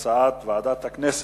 אם כך, הצעת ועדת החוץ